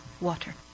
water